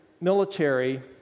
military